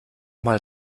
mal